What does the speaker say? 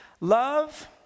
Love